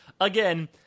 again